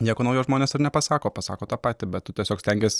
nieko naujo žmonės ir nepasako pasako tą patį bet tu tiesiog stengies